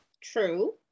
True